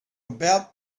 about